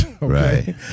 Right